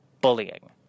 bullying